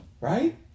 Right